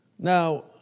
Now